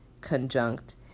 conjunct